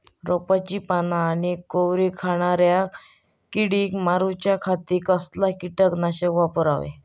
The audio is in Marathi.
रोपाची पाना आनी कोवरी खाणाऱ्या किडीक मारूच्या खाती कसला किटकनाशक वापरावे?